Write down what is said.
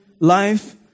Life